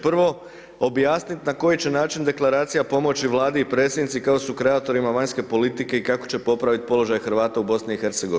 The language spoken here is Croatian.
Prvo objasnit na koji će način deklaracija pomoći Vladi i predsjednici kao sukreatorima vanjske politike i kako će popravit položaj Hrvata u BiH.